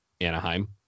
Anaheim